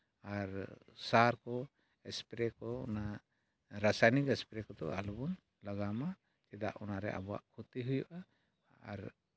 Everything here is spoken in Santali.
ᱟᱨ ᱥᱟᱨ ᱠᱚ ᱮᱥᱯᱨᱮᱹ ᱠᱚ ᱚᱱᱟ ᱨᱟᱥᱟᱭᱱᱤᱠ ᱮᱥᱯᱨᱮᱹ ᱠᱚᱫᱚ ᱟᱞᱚ ᱵᱚᱱ ᱞᱟᱜᱟᱣ ᱢᱟ ᱪᱮᱫᱟᱜ ᱟᱵᱚᱣᱟ ᱚᱱᱟ ᱨᱮ ᱠᱷᱩᱛᱤ ᱦᱩᱭᱩᱜᱼᱟ ᱟᱨ